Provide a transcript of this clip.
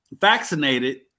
vaccinated